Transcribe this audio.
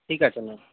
ঠিক আছে ম্যাম